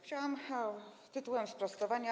Chciałam tytułem sprostowania.